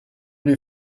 lief